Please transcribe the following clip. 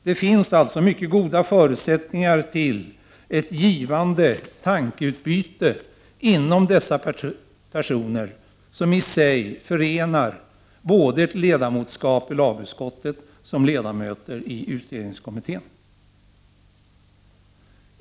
Det finns alltså mycket goda förutsättningar för ett givande tankeutbyte mellan dessa personer, som i sig förenar ledamotskap i såväl lagutskottet som utredningskommittén.